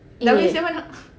eh